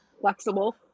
flexible